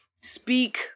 speak